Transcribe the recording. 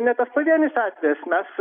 ne pavienis atvejis mes